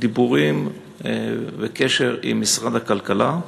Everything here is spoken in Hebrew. דיבורים וקשר עם משרד הכלכלה.